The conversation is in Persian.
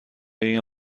این